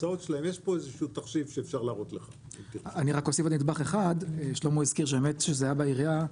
אני רק אוסיף עוד נדבך אחד: שלמה הזכיר שזה היה בעירייה,